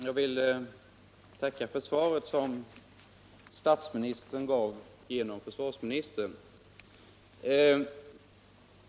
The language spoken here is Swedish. Herr talman! Jag vill tacka för svaret som statsministern gav genom försvarsministern.